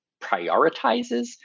prioritizes